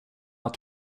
att